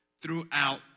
throughout